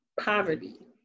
poverty